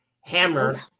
Hammer